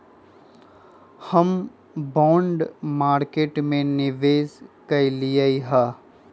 हम bond market में निवेश कलियइ ह